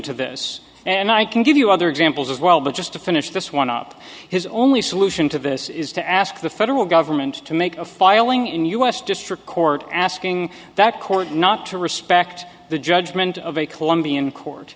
to this and i can give you other examples as well but just to finish this one up his only solution to this is to ask the federal government to make a filing in u s district court asking that court not to respect the judgment of a colombian court